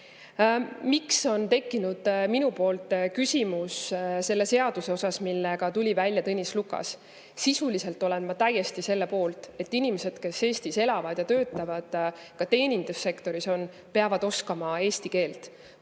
Miks mul on tekkinud küsimus seoses selle seadusega, millega tuli välja Tõnis Lukas? Sisuliselt olen ma täiesti selle poolt, et inimesed, kes Eestis elavad ja töötavad, sealhulgas teenindussektoris, peavad oskama eesti keelt.